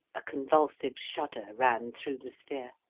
a convulsive shudder ran through the sphere.